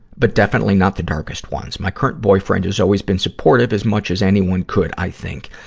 but definitely not the darkest ones. my current boyfriend has always been supportive, as much as anyone could, i think.